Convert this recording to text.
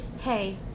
hey